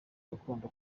gakondo